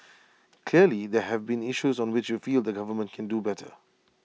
clearly there have been issues on which you feel the government can do better